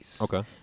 Okay